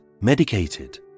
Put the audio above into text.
medicated